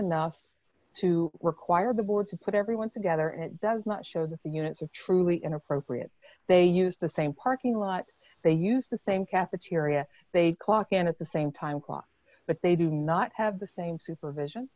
enough to require the board to put everyone together it does not show that the units are truly inappropriate they use the same parking lot they use the same cafeteria they clock in at the same time clock but they do not have the same supervision